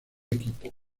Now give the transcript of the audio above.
equipo